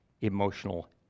emotional